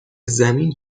زمین